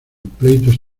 pleitos